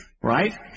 right